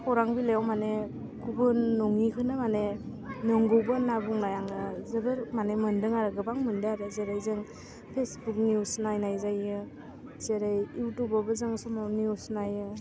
खौरां बिलाइयाव मानि गुबुन नङिखौनो मानि नंगौबो होन्ना बुंबाय आङो जोबोर मानि मोनदों आरो गोबां मोनदों आरो जेरै जों पेसबुक निउस नायनाय जायो जेरै इउटुबआवबो जों समाव निउस नायो